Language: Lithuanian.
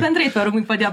bendrai tvarumui padėjo